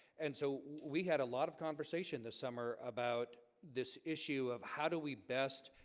and so we had a lot of conversation this summer about this issue of how do we best?